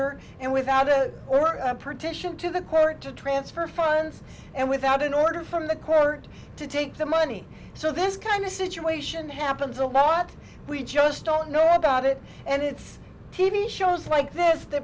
order and without it were a protection to the court to transfer funds and without an order from the court to take the money so this kind of situation happens a lot we just don't know about it and it's t v shows like this th